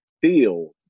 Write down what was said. feel